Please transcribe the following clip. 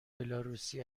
بلاروسی